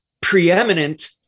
Preeminent